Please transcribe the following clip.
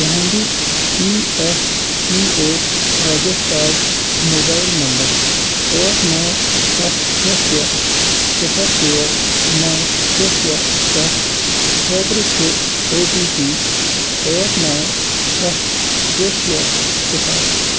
تُہٕنٛدِ E F P O registered mobile number ٲٹھ نَو سَتھ شےٚ شےٚ صِفَر ژور نَو شےٚ شےٚ سَتھ خٲطرٕ چھِ او ٹی پی ٲٹھ نَو سَتھ شےٚ شےٚ صِفَر